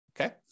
Okay